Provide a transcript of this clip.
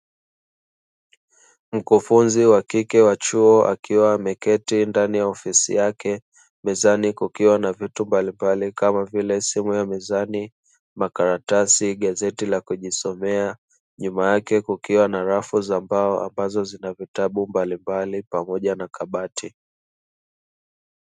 Mkufunzi wa kike wa chuo akiwa ameketi ndani ya ofisi yake, mezani kukiwa na vitu mbalimbali kama vile: simu ya mezani, makaratasi, gazeti la kujisomea; nyuma yake kukiwa na rafu za mbao ambazo zina vitabu mbalimbali pamoja na kabati.